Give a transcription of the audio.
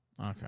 Okay